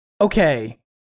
Okay